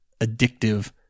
addictive